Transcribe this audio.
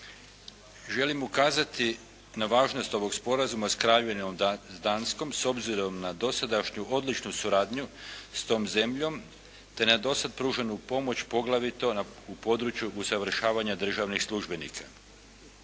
Želim ukazati na važnost ovog Sporazuma s Kraljevinom Danskom s obzirom na dosadašnju odličnu suradnju s tom zemljom, te na do sad pruženu pomoć poglavito u području usavršavanja državnih službenika.